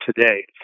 today